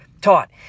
taught